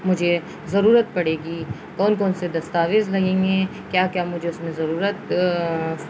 مجھے ضرورت پڑے گی کون کون سے دستاویز لگیں گے کیا کیا مجھے اس میں ضرورت